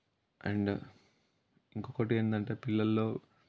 and ఇంకొకటి ఏంటంటే పిల్లల్లో